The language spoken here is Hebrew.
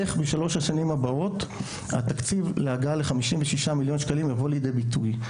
איך בשלוש השנים הבאות התקציב להגעה ל-56 מיליון שקלים יבוא לידי ביטוי.